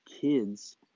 kids